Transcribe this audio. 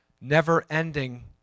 Never-ending